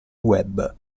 web